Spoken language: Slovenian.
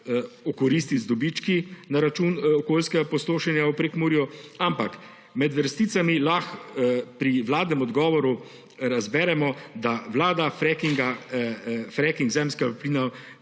okoristiti z dobički na račun okoljskega opustošenja v Prekmurju, ampak med vrsticami lahko pri vladnem odgovoru razberemo, da Vlada fracking zemeljskega plina